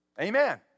Amen